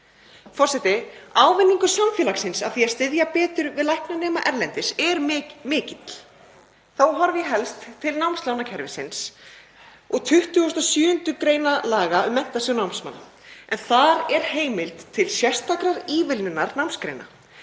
Forseti. Ávinningur samfélagsins af því að styðja betur við læknanema erlendis er mikill. Þá horfi ég helst til námslánakerfisins og 27. gr. laga um Menntasjóð námsmanna en þar er heimild til sérstakrar ívilnunar námsgreina.